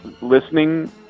listening